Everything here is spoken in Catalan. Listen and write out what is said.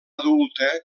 adulta